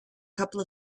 couple